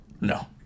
No